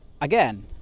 again